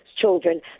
children